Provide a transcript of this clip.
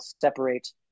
separate